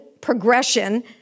progression